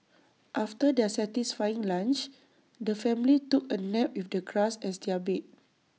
after their satisfying lunch the family took A nap with the grass as their bed